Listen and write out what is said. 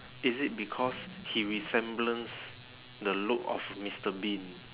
is it because he resemblance the look of mister bean